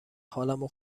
حالمو